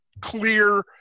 clear